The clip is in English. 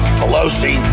pelosi